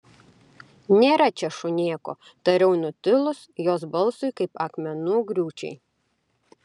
nėra čia šunėko tariau nutilus jos balsui kaip akmenų griūčiai